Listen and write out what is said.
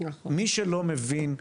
מי שלא מבין,